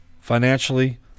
Financially